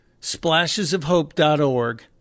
SplashesofHope.org